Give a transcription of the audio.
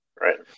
Right